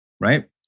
Right